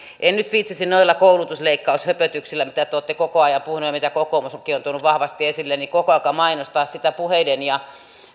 en nyt viitsisi noilla koulutusleikkaushöpötyksillä mitä te olette koko ajan puhuneet ja mitä kokoomuskin on tuonut vahvasti esille koko ajan mainostaa sitä puheiden ja